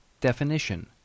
definition